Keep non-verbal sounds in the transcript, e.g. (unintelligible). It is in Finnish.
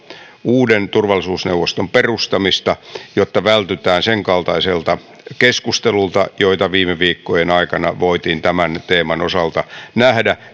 uuden turvallisuusneuvoston perustamista jotta vältytään sen kaltaisilta keskusteluilta joita viime viikkojen aikana voitiin tämän teeman osalta nähdä (unintelligible)